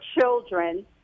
children